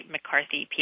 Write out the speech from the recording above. McCarthy